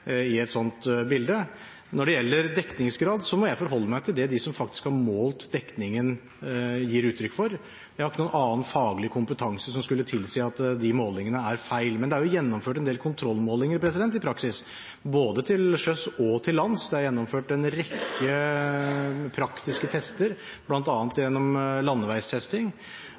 de som faktisk har målt dekningen, gir uttrykk for. Jeg har ikke noen annen faglig kompetanse som skulle tilsi at de målingene er feil. Men det er gjennomført en del kontrollmålinger i praksis, både til sjøs og til lands. Det er gjennomført en rekke praktiske tester, bl.a. landeveistesting,